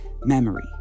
memory